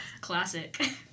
Classic